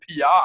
pi